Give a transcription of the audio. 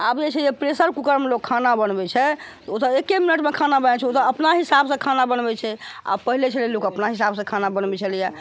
आब जे छै प्रेसर कूकर मे लोग खाना बनबै छै ओ तऽ एक मिनटमे खाना बना लै छै ओ अपना हिसाबसँ खाना बनबै छै आओर पहले छलै लोक अपना हिसाबसँ खाना बनबै छलैए